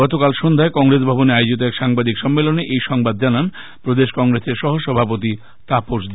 গতকাল সন্ধ্যায় কংগ্রেস ভবনে আয়োজিত এক সাংবাদিক সম্মেলনে এ সংবাদ জানান প্রদেশ কংগ্রেসের সহ সভাপতি তাপস দে